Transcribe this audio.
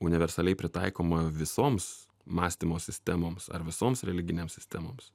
universaliai pritaikoma visoms mąstymo sistemoms ar visoms religinėms sistemoms